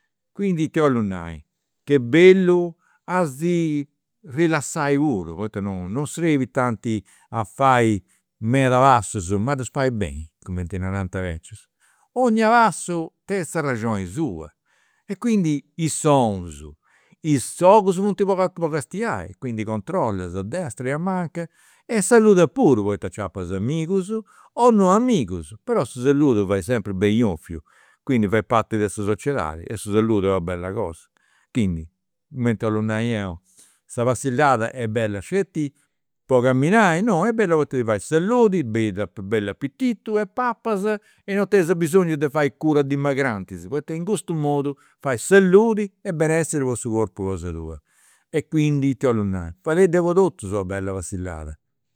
Quindi ita 'ollu nai, che est bellu a si rilassai puru, poita non non serbit tanti a fai medas passus ma a ddus fai beni, cumenti narant i' becius. 'Onnia passu renit s'arraxioni sua, e quindi is sonus, is ogus funt po po castiai, quindi controllas a destra e a manca e saludas puru, poita aciapas amigus, o non amigus, però su saludu fai sempri beni 'ofiu, quindi fait parti de sa sociedadi e su saludu est una bella cosa. Quindi, cumenti 'ollu nai 'eu, sa passillada est bella sceti po camminai, no, est bella poita si fait saludi, bellu apititu e e non tenis abisongiu de fai cura dimagrantis, poita in custu modu fai saludi e benessere po su corpus cosa tua. E quindi ita 'ollu nai, fadeidda totus una bella passllada